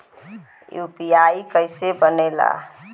UPI कईसे बनेला?